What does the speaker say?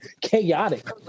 chaotic